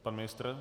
Pan ministr?